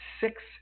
six